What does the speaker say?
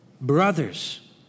Brothers